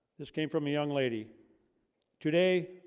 this came from a young lady today,